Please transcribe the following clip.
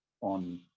on